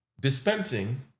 dispensing